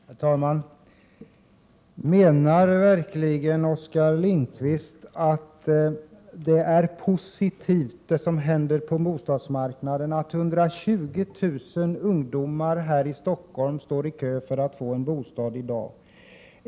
Herr talman! Menar verkligen Oskar Lindkvist att det som händer på bostadsmarknaden, nämligen att 120 000 ungdomar här i Stockholm i dag står i kö för att få en bostad, är positivt?